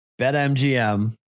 BetMGM